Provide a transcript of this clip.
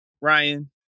Ryan